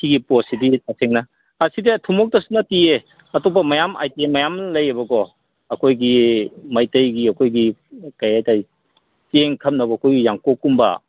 ꯁꯤꯒꯤ ꯄꯣꯠꯁꯤꯗꯤ ꯇꯁꯦꯡꯅ ꯁꯤꯗꯤ ꯊꯨꯃꯣꯛꯇꯁꯨ ꯅꯠꯇꯤꯌꯦ ꯑꯇꯣꯞꯄ ꯃꯌꯥꯝ ꯑꯥꯏꯇꯦꯝ ꯃꯌꯥꯝ ꯂꯩꯌꯦꯕꯀꯣ ꯑꯩꯈꯣꯏꯒꯤ ꯃꯩꯇꯩꯒꯤ ꯑꯩꯈꯣꯏꯒꯤ ꯀꯔꯤ ꯍꯥꯏꯇꯥꯔꯦ ꯆꯦꯡ ꯈꯞꯅꯕ ꯑꯩꯈꯣꯏꯒꯤ ꯌꯥꯡꯀꯣꯛꯀꯨꯝꯕ